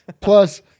plus